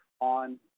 on